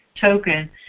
token